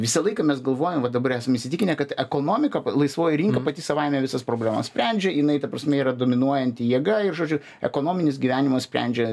visą laiką mes galvojam va dabar esam įsitikinę kad ekonomika laisvoji rinka pati savaime visas problemas sprendžia jinai ta prasmė yra dominuojanti jėga ir žodžiu ekonominis gyvenimas sprendžia